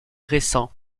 récent